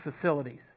facilities